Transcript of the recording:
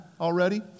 already